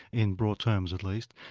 in broad terms at least.